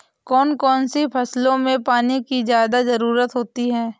कौन कौन सी फसलों में पानी की ज्यादा ज़रुरत होती है?